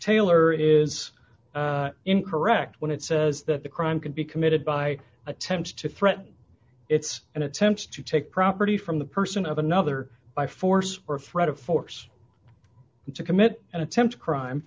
taylor is incorrect when it says that the crime can be committed by attempts to threaten it's an attempt to take property from the person of another by force or threat of force to commit an attempt crime